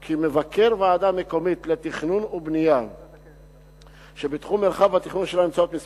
כי מבקר ועדה מקומית לתכנון ובנייה שבתחום מרחב התכנון שלה נמצאות כמה